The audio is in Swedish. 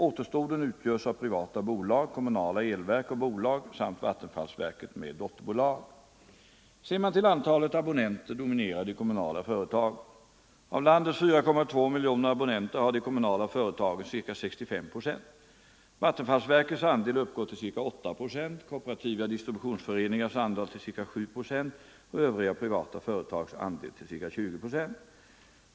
Återstoden utgörs av privata bolag, kommunala elverk och bolag samt vattenfallsverket med dotterbolag. Ser man till antalet abonnenter dominerar de kommunala företagen. Av landets 4,2 miljoner abonnenter har de kommunala företagen ca 65 procent. Vattenfallsverkets andel uppgår till ca 8 procent, kooperativa distributionsföreningars andel till ca 7 procent och övriga privata företags andel till ca 20 procent.